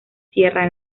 sierra